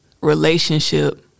relationship